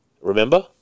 Remember